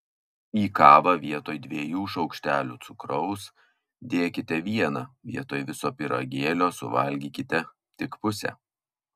į kavą vietoj dviejų šaukštelių cukraus dėkite vieną vietoj viso pyragėlio suvalgykite tik pusę